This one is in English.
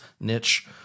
niche